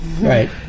Right